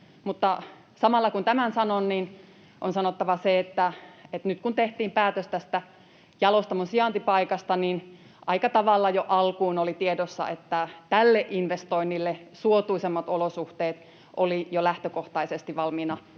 samalla kun tämän sanon, niin on sanottava se, että nyt kun tehtiin päätös tästä jalostamon sijaintipaikasta, niin aika tavalla jo alkuun oli tiedossa, että tälle investoinnille suotuisammat olosuhteet olivat jo lähtökohtaisesti valmiina